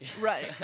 Right